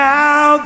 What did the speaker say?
Now